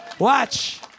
Watch